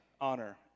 honor